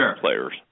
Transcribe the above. players